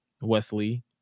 Wesley